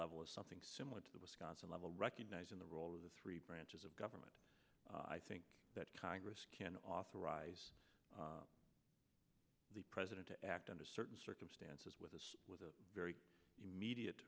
level is something similar to the wisconsin level recognizing the role of the three branches of government i think that congress can authorize the president to act under certain circumstances with a very immediate